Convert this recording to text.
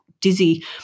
dizzy